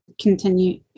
continue